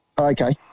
Okay